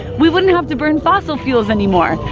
we wouldn't have to burn fossil fuels anymore.